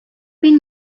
been